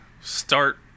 start